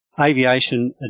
Aviation